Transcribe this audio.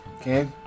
Okay